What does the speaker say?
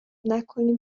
نکنیم